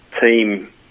team